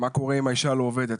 מה קורה אם האישה לא עובדת?